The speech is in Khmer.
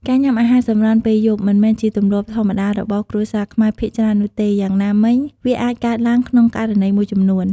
ការញ៉ាំអាហារសម្រន់ពេលយប់ មិនមែនជាទម្លាប់ធម្មតារបស់គ្រួសារខ្មែរភាគច្រើននោះទេ យ៉ាងណាមិញ វាអាចកើតឡើងក្នុងករណីមួយចំនួន។